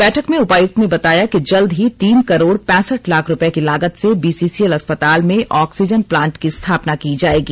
बैठक में उपायुक्त ने बताया कि जल्द ही तीन करोड़ पैंसठ लाख रूप्ये की लागत से बीसीसीएल अस्पताल में ऑक्सीजन प्लान्ट की स्थापना की जाएगी